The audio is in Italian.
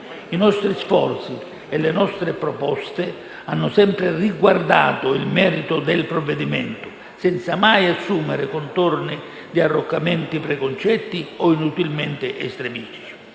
I nostri sforzi e le nostre proposte hanno sempre riguardato il merito del provvedimento, senza mai assumere contorni di arroccamenti preconcetti o inutilmente estremistici.